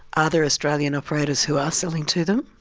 are there australian operators who are selling to them?